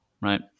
right